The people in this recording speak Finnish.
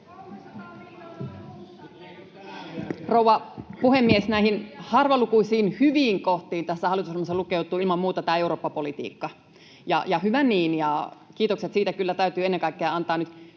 rouva puhemies! Harvalukuisiin hyviin kohtiin tässä hallitusohjelmassa lukeutuu ilman muuta Eurooppa-politiikka, ja hyvä niin. Kiitokset siitä kyllä täytyy ennen kaikkea antaa nyt